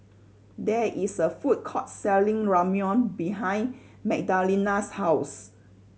there is a food court selling Ramyeon behind Magdalena's house